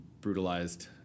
brutalized